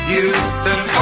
Houston